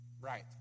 right